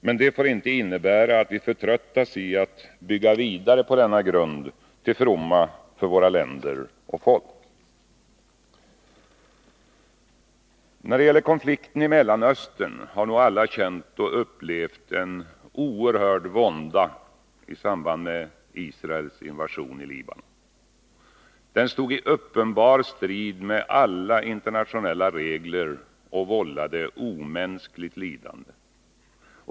Men det får inte innebära att vi förtröttas i att bygga vidare på denna grund till fromma för våra länder och folk. När det gäller konflikten i Mellanöstern har nog alla känt och upplevt en oerhörd vånda i samband med Israels invasion i Libanon. Den stod i uppenbar strid med alla internationella regler och vållade omänskligt lidande.